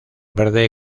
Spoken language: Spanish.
verde